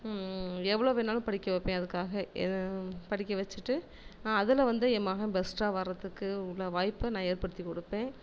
எவ்வளோ வேணாலும் படிக்க வைப்பேன் அதுக்காக படிக்க வச்சிட்டு நான் அதில் வந்து என் மகன் ஃபர்ஸ்ட்டாக வரதுக்கு உள்ள வாய்ப்பை நான் ஏற்படுத்தி கொடுப்பேன்